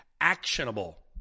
actionable